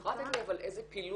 את יכולה לתת לי אבל איזה פילוח,